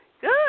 Good